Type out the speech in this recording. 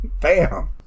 Bam